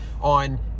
on